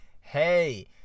hey